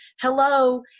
hello